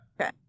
Okay